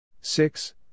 Six